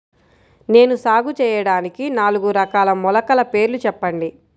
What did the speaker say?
నేను సాగు చేయటానికి నాలుగు రకాల మొలకల పేర్లు చెప్పండి?